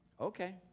Okay